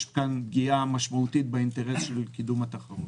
פגיעה משמעותית באינטרס של קידום התחרות.